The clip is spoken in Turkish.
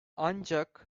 ancak